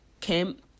came